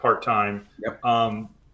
part-time